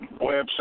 website